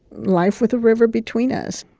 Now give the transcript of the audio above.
life with the river between us